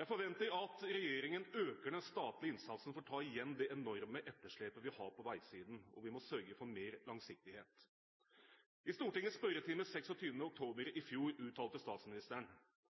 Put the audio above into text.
Jeg forventer at regjeringen øker den statlige innsatsen for å ta igjen det enorme etterslepet vi har på veisiden. Og vi må sørge for mer langsiktighet. I Stortingets spørretime 26. oktober i fjor uttalte statsministeren